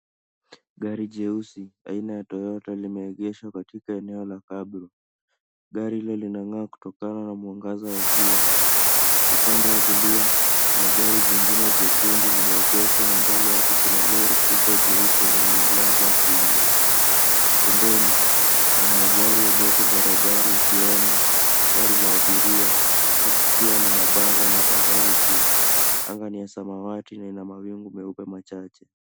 Gari jeusi aina la Toyota limeegeshwa katika eneo la cabro . Gari hilo linang'aa kutokana na mwangaza wa jua. Upande wa kulia kuna gari jingine jekundu limeegeshwa na mbele yake kuna lori kubwa jeupe lenye milango ya kuinua. Pembeni kuna magari yaliyoko kwa barabara, ikiwemo gari la abiria huku kikiwa na bango la matangazo juu. Anga ni la samawati na ina mawingu meupe machache.